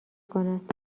کند